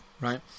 right